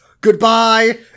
goodbye